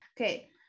okay